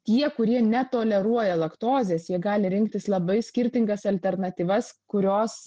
tie kurie netoleruoja laktozės jie gali rinktis labai skirtingas alternatyvas kurios